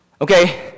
Okay